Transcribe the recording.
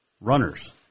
runners